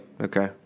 Okay